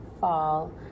fall